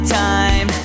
time